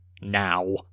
now